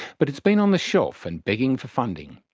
but it's been on the shelf and begging for funding.